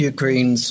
Ukraine